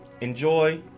Enjoy